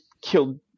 killed –